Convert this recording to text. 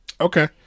okay